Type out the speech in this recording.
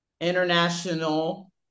international